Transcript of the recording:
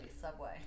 Subway